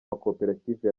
makoperative